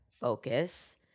Focus